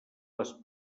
les